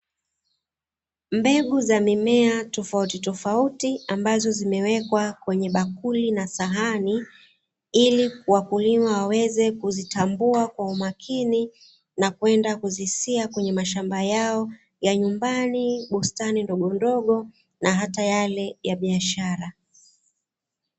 Mbegu za mimea tofauti tofauti, ambazo zimewekwa kwenye bakuli na sahani, ili wakulima waweze kuzitambua kwa umakini na kwenda kuzisia kwenye mashamba yao ya nyumbani bustani ndogo ndogo na hata yale ya biashara.